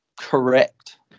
correct